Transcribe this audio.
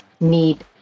need